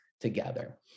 together